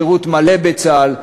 שירות מלא בצה"ל,